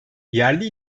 yerli